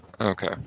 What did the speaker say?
Okay